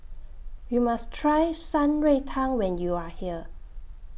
YOU must Try Shan Rui Tang when YOU Are here